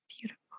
Beautiful